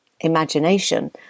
imagination